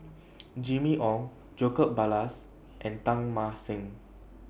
Jimmy Ong Jacob Ballas and Teng Mah Seng